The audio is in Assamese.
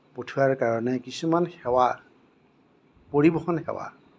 পঠিওৱাৰ কাৰণে কিছুমান সেৱা পৰিবহণ সেৱা